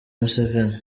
museveni